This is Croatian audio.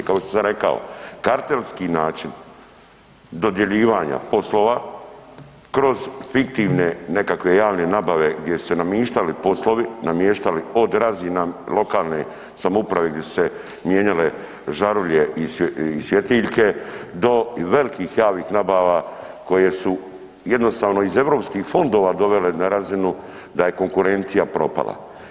Kao što sam rekao, kartelski način dodjeljivanja poslova kroz fiktivne nekakve javne nabave gdje su se namištali poslovi, namještali od razina lokalne samouprave gdje su se mijenjale žarulje i svjetiljke do velikih javnih nabava koje su jednostavno iz europskih fondova dovele na razinu da je konkurencija propala.